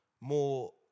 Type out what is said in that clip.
more